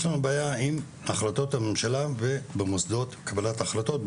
יש לנו בעיה עם החלטות הממשלה ובמוסדות קבלת ההחלטות,